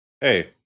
hey